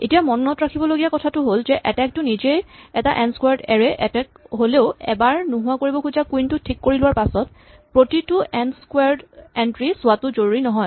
এতিয়া মনত ৰাখিবলগীয়া কথাটো হ'ল যে এটেক টো নিজেই এটা এন ক্সোৱাৰড এৰে এটেক হ'লেও এবাৰ নোহোৱা কৰিব খোজা কুইন টো ঠিক কৰি লোৱাৰ পাচত প্ৰতিটো এন ক্সোৱাৰড এন্ট্ৰী চোৱাটো জৰুৰী নহয়